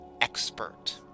expert